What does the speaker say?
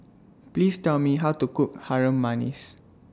Please Tell Me How to Cook Harum Manis